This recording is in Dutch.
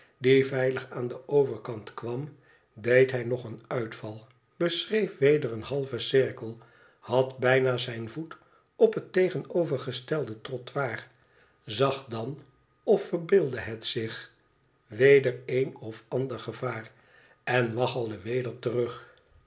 die veilig aan den overkant kwam deed hij nog een uitval beschreef weder een halven cirkel had bijna zijn voet op het tegenovergestelde trottoir zag dan of verbeeldde het zich weder een of ander gevaar en waggelde weder terug